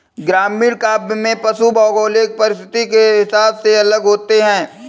ग्रामीण काव्य में पशु भौगोलिक परिस्थिति के हिसाब से अलग होते हैं